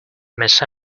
miss